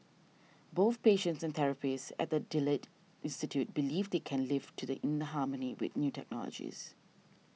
both patients and therapists at the Delete Institute believe they can live in harmony with the new technologies